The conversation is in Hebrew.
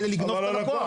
כדי לגנוב את הלקוח.